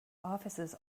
offices